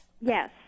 Yes